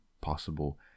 possible